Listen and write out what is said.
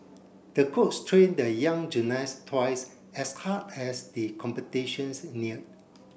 the coach trained the young gymnast twice as hard as the competitions neared